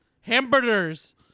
Hamburgers